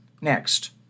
Next